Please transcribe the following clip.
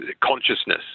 consciousness